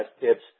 tips